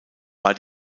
war